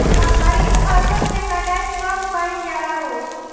खरिफ फासल के कटाई कब कइल जाला हो?